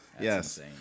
Yes